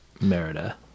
Merida